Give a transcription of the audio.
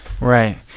Right